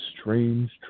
Strange